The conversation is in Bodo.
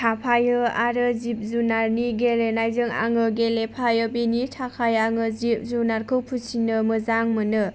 थाफायो आरो जिब जुनारनि गेलेनायजों आङो गेलेफायो बेनि थाखाय आङो जिब जुनारखौ फिसिनो मोजां मोनो